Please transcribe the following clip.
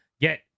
get